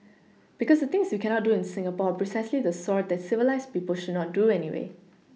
because the things you cannot do in Singapore are precisely the sort that civilised people should not do anyway